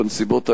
בנסיבות האלה,